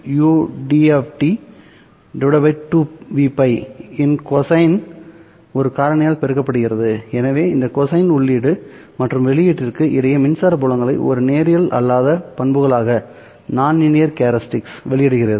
πud 2Vπ இன் கொசைன் ஒரு காரணியால் பெருக்கப்படுகிறது எனவே இந்த கொசைன் உள்ளீடு மற்றும் வெளியீட்டிற்கு இடையே மின்சார புலங்களை ஒரு நேரியல் அல்லாத பண்புகளாக வெளியிடுகிறது